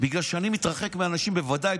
בגלל שאני מתרחק מאנשים כאלה, בוודאי